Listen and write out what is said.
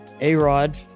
A-Rod